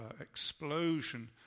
explosion